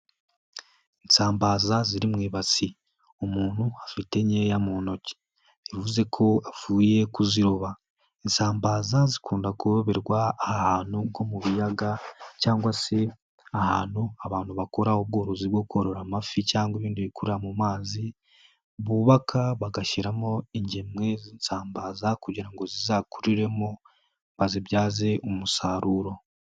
Isambaza ziri mubasi umuntu afite nkeya mu ntoki, bivuze ko avuye kuziroba. Isambaza zikunda kuberwa ahantu nko mu biyaga cyangwa se ahantu abantu bakora ubworozi bwo korora amafi cyangwa ibindi bikura mu mazi, bubaka bagashyiramo ingemwe z'insambaza kugira ngo zizakuriremo bazibyaze umusaruro.